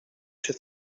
się